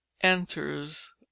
enters